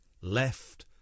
left